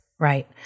Right